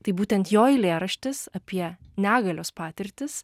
tai būtent jo eilėraštis apie negalios patirtis